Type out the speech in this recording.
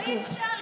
אבל אי-אפשר.